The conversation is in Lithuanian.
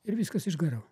ir viskas išgaravo